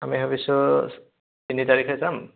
আমি ভাবিছোঁ তিনি তাৰিখে যাম